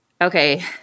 Okay